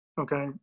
okay